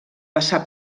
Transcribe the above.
passar